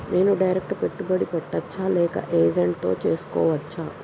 నేను డైరెక్ట్ పెట్టుబడి పెట్టచ్చా లేక ఏజెంట్ తో చేస్కోవచ్చా?